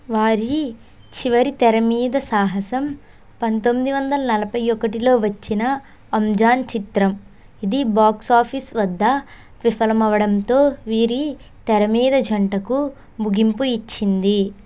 వారి చివరి తెర మీద సాహసం పంతొమ్మిది వందల నలభై ఒకటిలో వచ్చిన అంజాన్ చిత్రం ఇది బాక్స్ ఆఫీస్ వద్ద విఫలమవడంతో వీరి తెర మీద జంటకు ముగింపు ఇచ్చింది